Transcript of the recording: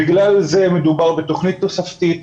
בגלל זה מדובר בתוכנית תוספתית.